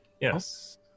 Yes